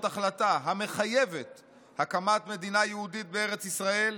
החלטה המחייבת הקמת מדינה יהודית בארץ-ישראל,